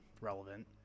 relevant